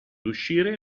uscire